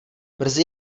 brzy